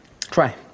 Try